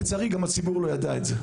לצערי הציבור לא ידע את זה.